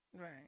Right